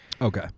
Okay